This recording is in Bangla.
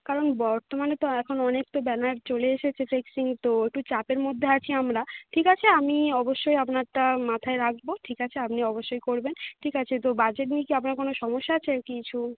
কারণ বর্তমানে তো এখন অনেক তো ব্যানার চলে এসেছে ফ্লেক্সিং তো একটু চাপের মধ্যে আছি আমরা ঠিক আছে আমি অবশ্যই আপনারটা মাথায় রাখবো ঠিক আছে আপনি অবশ্যই করবেন ঠিক আছে তো বাজেট নিয়ে কি আপনার কোনো সমস্যা আছে কিছু